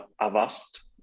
avast